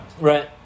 Right